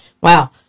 Wow